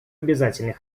обязательный